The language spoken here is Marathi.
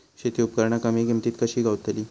शेती उपकरणा कमी किमतीत कशी गावतली?